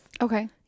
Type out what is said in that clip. Okay